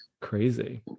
crazy